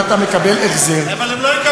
אם אתה מקבל החזר, אבל הם לא יקבלו החזר.